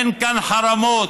אין כאן חרמות,